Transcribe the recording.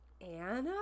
Anna